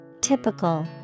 typical